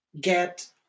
get